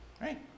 Right